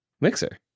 Mixer